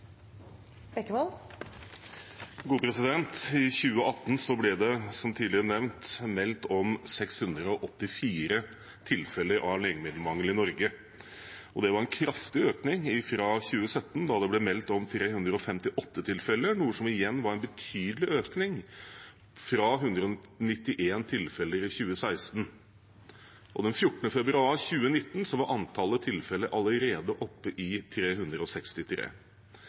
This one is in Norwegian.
I 2018 ble det, som tidligere nevnt, meldt om 684 tilfeller av legemiddelmangel i Norge. Det var en kraftig økning fra 2017, da det ble meldt om 358 tilfeller, noe som igjen var en betydelig økning fra 191 tilfeller i 2016. Den 14. februar 2019 var antallet tilfeller allerede oppe i 363.